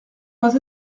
pas